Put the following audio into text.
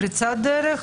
פריצת דרך.